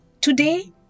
Today